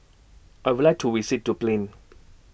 I Would like to visit Dublin